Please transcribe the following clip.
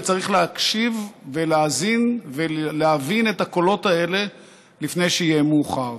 וצריך להקשיב ולהאזין ולהבין את הקולות האלה לפני שיהיה מאוחר,